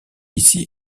ici